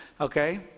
Okay